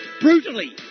brutally